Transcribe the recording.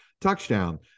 touchdown